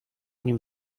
nim